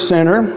Center